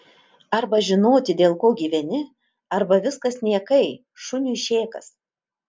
arba žinoti dėl ko gyveni arba viskas niekai šuniui šėkas